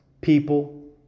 people